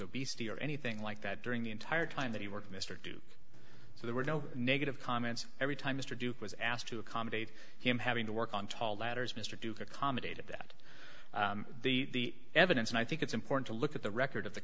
obesity or anything like that during the entire time that he worked mr duke so there were no negative comments every time mr duke was asked to accommodate him having to work on tall ladder as mr duke accommodated at the evidence and i think it's important to look at the record of the